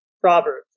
Proverbs